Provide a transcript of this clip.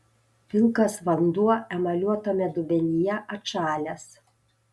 pilkas vanduo emaliuotame dubenyje atšalęs